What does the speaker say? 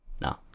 No